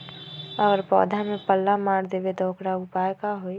अगर पौधा में पल्ला मार देबे त औकर उपाय का होई?